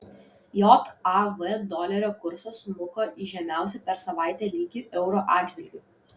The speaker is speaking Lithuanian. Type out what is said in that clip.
jav dolerio kursas smuko į žemiausią per savaitę lygį euro atžvilgiu